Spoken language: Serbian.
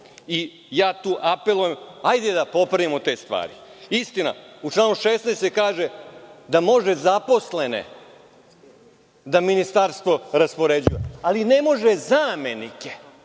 i tu apelujem, hajde da popravimo te stvari. Istina, u članu 16. se kaže da zaposlene može Ministarstvo da raspoređuje, ali ne može zamenike.